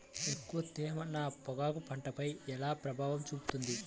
ఎక్కువ తేమ నా పొగాకు పంటపై ఎలా ప్రభావం చూపుతుంది?